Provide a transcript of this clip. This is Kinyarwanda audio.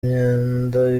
imyenda